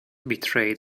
betrayed